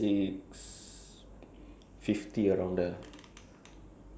um the parks the park open at sev~ uh like